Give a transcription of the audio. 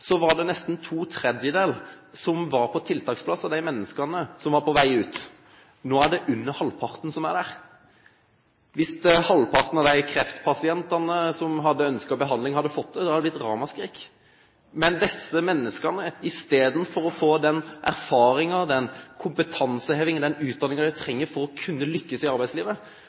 var det nesten to tredjedeler av de menneskene som var på vei ut, som var på tiltaksplass. Nå er det under halvparten som er der. Hvis bare halvparten av de kreftpasientene som hadde ønsket behandling, hadde fått det, hadde det blitt ramaskrik. Men i stedet for at de får den erfaringen, den kompetanseheving og utdanning de trenger for å kunne lykkes i arbeidslivet,